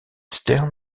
stern